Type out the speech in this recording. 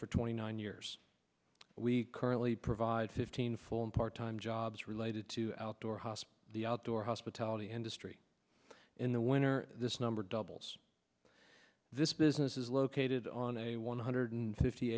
for twenty nine years we currently provide fifteen full and part time jobs related to outdoor hospice the outdoor hospitality industry in the winter this number doubles this business is located on a one hundred fifty